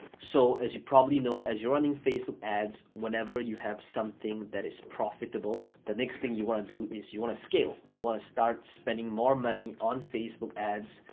so as you probably know, as you're running facebook ads whenever you have something that is profitable, the next thing you wanna do is you wanna scale. you wanna start spending more money on facebook ads,